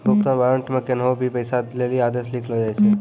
भुगतान वारन्ट मे कोन्हो भी पैसा दै लेली आदेश लिखलो जाय छै